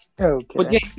Okay